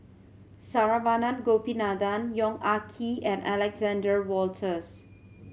Saravanan Gopinathan Yong Ah Kee and Alexander Wolters